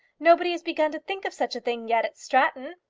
nobody has begun to think of such a thing yet at stratton.